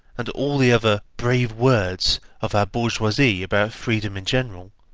and all the other brave words of our bourgeoisie about freedom in general,